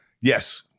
yes